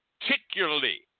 particularly